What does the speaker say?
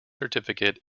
certificate